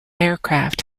aircraft